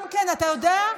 גם כן, אתה יודע,